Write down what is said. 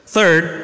Third